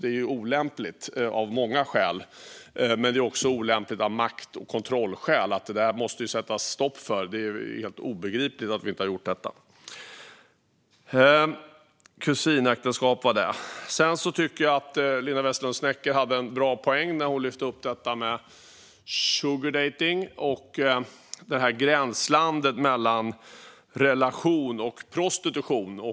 Det är olämpligt av många skäl, som makt och kontrollskäl. Detta måste vi sätta stopp för. Det är helt obegripligt att vi inte har gjort det. Sedan tycker jag att Linda Westerlund Snecker hade en bra poäng när hon lyfte upp detta med sugardejtning och gränslandet mellan relation och prostitution.